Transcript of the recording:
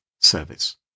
service